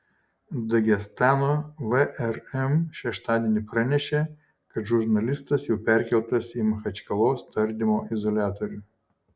dagestano vrm šeštadienį pranešė kad žurnalistas jau perkeltas į machačkalos tardymo izoliatorių